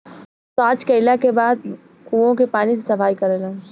लोग सॉच कैला के बाद कुओं के पानी से सफाई करेलन